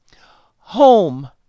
Home